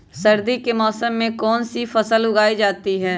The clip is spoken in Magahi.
सर्दी के मौसम में कौन सी फसल उगाई जाती है?